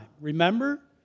Remember